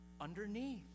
underneath